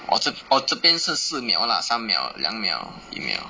我这我这边是四秒 lah 三秒两秒一秒